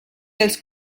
els